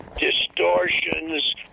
distortions